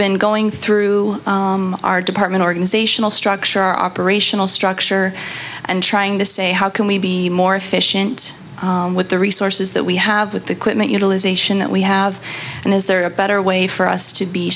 been going through our department organizational structure our operational structure and trying to say how can we be more efficient with the resources that we have with the quitman utilization that we have and is there a better way for us to be